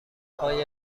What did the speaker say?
های